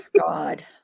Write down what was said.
God